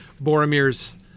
Boromir's